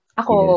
ako